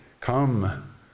come